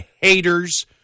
haters